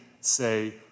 say